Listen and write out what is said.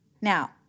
Now